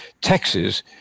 Texas